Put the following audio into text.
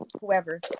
whoever